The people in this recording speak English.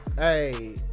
Hey